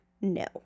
No